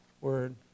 word